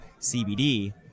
CBD